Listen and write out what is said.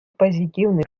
позитивный